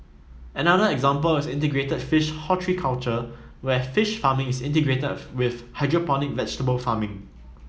another example is integrated fish horticulture where fish farming is integrated with hydroponic vegetable farming